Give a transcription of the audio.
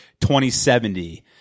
2070